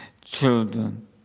Children